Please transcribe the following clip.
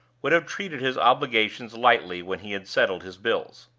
would have treated his obligations lightly when he had settled his bills.